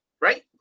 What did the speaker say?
right